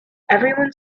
everyone